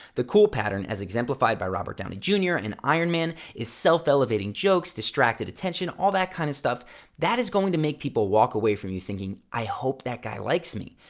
the cool pattern, as exemplified by robert downey jr. in iron man is self-elevating jokes, distracted attention, all that kind of stuff that is going to make people walk away from you thinking, i hope that guy likes me.